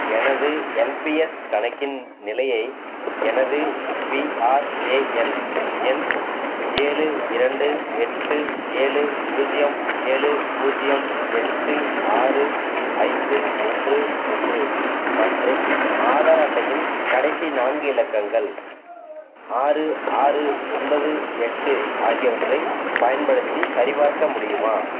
எனது என்பிஎஸ் கணக்கின் நிலையை எனது பிஆர்ஏஎன் எண் ஏழு இரண்டு எட்டு ஏழு பூஜ்ஜியம் ஏழு பூஜ்ஜியம் எட்டு ஆறு ஐந்து ஒன்று ஒன்று மற்றும் ஆதார் அட்டையின் கடைசி நான்கு இலக்கங்கள் ஆறு ஆறு ஒன்பது எட்டு ஆகியவற்றைப் பயன்படுத்தி சரிபார்க்க முடியுமா